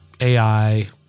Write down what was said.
AI